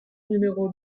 numéro